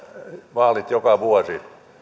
vaalit joka vuosi